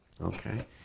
okay